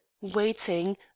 waiting